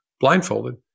blindfolded